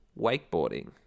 wakeboarding